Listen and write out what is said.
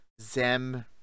zem